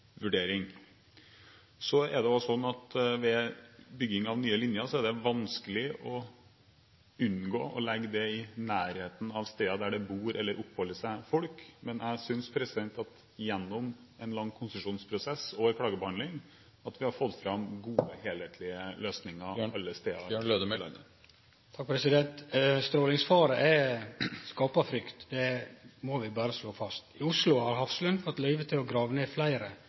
Så er det også slik at ved bygging av nye linjer er det vanskelig å unngå å legge dem i nærheten av steder der det bor eller oppholder seg folk. Men gjennom en lang konsesjonsprosess og klagebehandling synes jeg at vi har fått fram gode, helhetlige løsninger alle steder i landet. Strålingsfare skapar frykt. Det må vi berre slå fast. I Oslo har Hafslund fått løyve til å grave ned